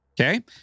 Okay